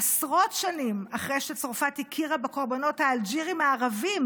עשרות שנים אחרי שצרפת הכירה בקורבנות האלג'ירים הערבים